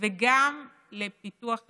וגם לפיתוח אזורי.